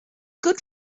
good